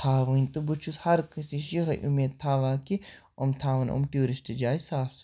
تھاوٕنۍ تہٕ بہٕ چھُس ہر کٲنٛسہِ نِش یِہَے اُمید تھاوان کہِ یِم تھاوان یِم ٹیوٗرِسٹہٕ جایہِ صاف سُتھرٕ